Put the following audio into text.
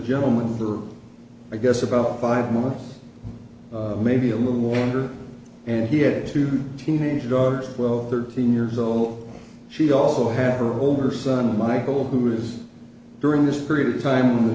gentleman i guess about five months maybe a little longer and he had two teenage daughters twelve thirteen years old she also had her older son michael who was during this period of time